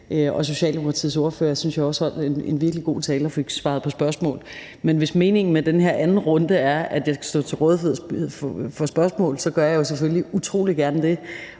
Socialdemokratiets ordfører synes jeg også holdt en virkelig god tale og fik svaret på spørgsmål. Men hvis meningen med den her anden runde er, at jeg skal stå til rådighed for spørgsmål, så gør jeg jo selvfølgelig utrolig gerne det.